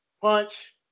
Punch